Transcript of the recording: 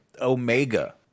Omega